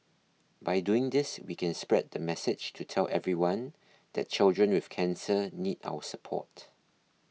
by doing this we can spread the message to tell everyone that children with cancer need our support